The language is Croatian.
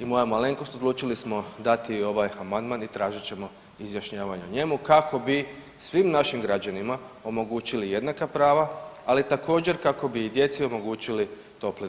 i moja malenkost odlučili smo dati ovaj amandman i tražit ćemo izjašnjavanje o njemu kako bi svim našim građanima omogućili jednaka prava, ali također kako bi i djeci omogućili topli dom.